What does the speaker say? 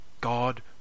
God